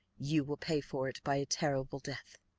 you will pay for it by a terrible death